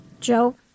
Joe